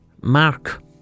Mark